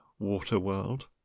water-world